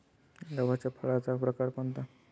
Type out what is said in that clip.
गव्हाच्या फळाचा प्रकार कोणता?